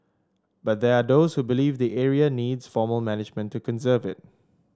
but they are those who believe the area needs formal management to conserve it